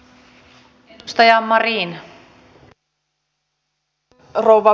arvoisa rouva puhemies